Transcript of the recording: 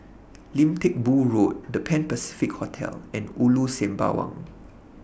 Lim Teck Boo Road The Pan Pacific Hotel and Ulu Sembawang